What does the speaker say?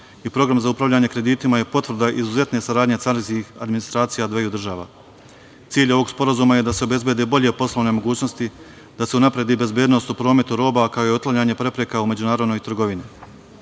i program za upravljanje kreditima je potvrda izuzetne saradnje carinskih administracija dveju država. Cilj ovog sporazuma je da se obezbede bolje poslovne mogućnosti, da se unapredi bezbednost u prometu roba, kao i otklanjanje prepreka u međunarodnoj trgovini. Prema